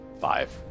Five